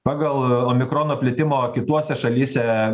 pagal omikrono plitimo kituose šalyse